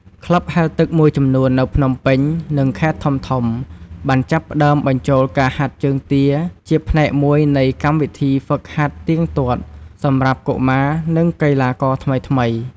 ក្លឹបហែលទឹកមួយចំនួននៅភ្នំពេញ និងខេត្តធំៗបានចាប់ផ្តើមបញ្ចូលការហាត់ជើងទាជាផ្នែកមួយនៃកម្មវិធីហ្វឹកហាត់ទៀងទាត់សម្រាប់កុមារនិងកីឡាករថ្មីៗ។